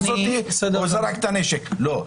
-- או זרק את הנשק, לא.